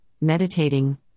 meditating